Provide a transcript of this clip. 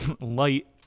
Light